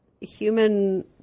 human